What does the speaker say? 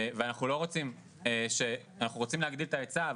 ואנחנו רוצים להגדיל את ההיצע,